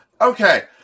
Okay